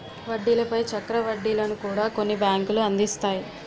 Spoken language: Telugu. వడ్డీల పై చక్ర వడ్డీలను కూడా కొన్ని బ్యాంకులు అందిస్తాయి